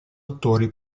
attori